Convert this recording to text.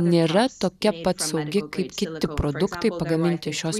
nėra tokia pat saugi kaip kiti produktai pagaminti iš šios